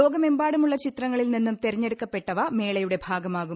ലോകമെമ്പാടുമുള്ള ചിത്രങ്ങളിൽ നിന്നും തെരഞ്ഞെടുക്കപ്പെട്ടവ മേളയുടെ ഭാഗമാകും